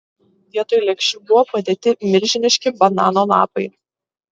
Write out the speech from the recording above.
vietoj lėkščių buvo padėti milžiniški banano lapai